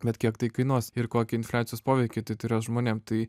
bet kiek tai kainuos ir kokį infliacijos poveikį tai turės žmonėm tai